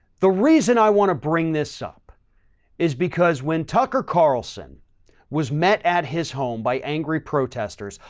the reason i want to bring this up is because when tucker carlson was met at his home by angry protesters,